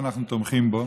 אנחנו תומכים בו,